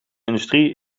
industrie